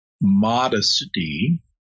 modesty